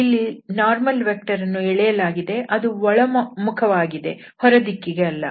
ಇಲ್ಲಿ ಲಂಬ ಸದಿಶ ವನ್ನು ಎಳೆಯಲಾಗಿದೆ ಅದು ಒಳಮುಖವಾಗಿ ಇದೆ ಹೊರದಿಕ್ಕಿಗೆ ಅಲ್ಲ